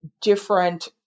different